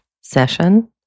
session